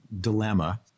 dilemma